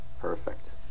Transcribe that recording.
Perfect